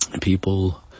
People